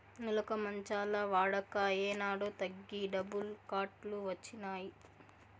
నులక మంచాల వాడక ఏనాడో తగ్గి డబుల్ కాట్ లు వచ్చినాయి